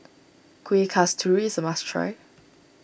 Kuih Kasturi is a must try